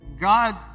God